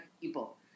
people